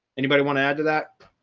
anybody want to add to that?